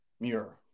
Muir